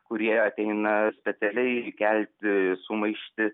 kurie ateina specialiai kelti sumaištį